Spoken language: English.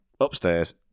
Upstairs